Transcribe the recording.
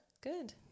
Good